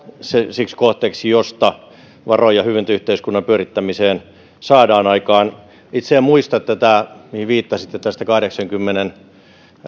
siksi kohteeksi josta varoja hyvinvointiyhteiskunnan pyörittämiseen saadaan aikaan itse en muista tätä mihin viittasitte tästä kahdeksankymmenen